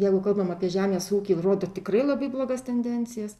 jeigu kalbam apie žemės ūkį rodo tikrai labai blogas tendencijas